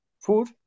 food